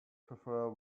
before